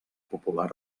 popular